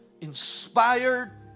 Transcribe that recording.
inspired